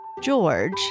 George